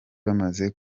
bamaze